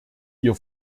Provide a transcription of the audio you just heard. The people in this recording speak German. ihr